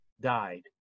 died